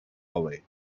away